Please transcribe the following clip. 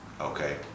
Okay